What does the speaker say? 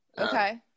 Okay